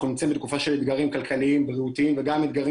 אנחנו נמצאים בתקופה של אתגרים כלכליים ובריאותיים וגם אתגרים